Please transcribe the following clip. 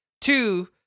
Two